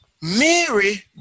Mary